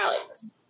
Alex